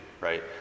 right